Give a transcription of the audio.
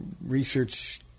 research